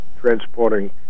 transporting